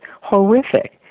horrific